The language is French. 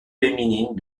féminines